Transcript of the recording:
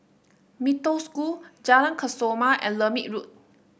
Mee Toh School Jalan Kesoma and Lermit Road